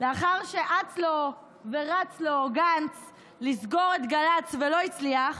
לאחר שאץ לו ורץ לו גנץ לסגור את גל"צ ולא הצליח,